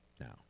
Now